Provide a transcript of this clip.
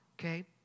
okay